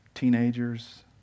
Teenagers